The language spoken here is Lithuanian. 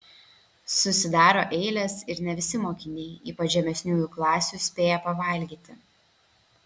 susidaro eilės ir ne visi mokiniai ypač žemesniųjų klasių spėja pavalgyti